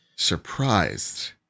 surprised